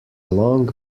long